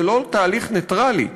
זה לא תהליך נייטרלי,